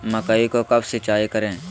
मकई को कब सिंचाई करे?